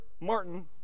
Martin